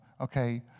okay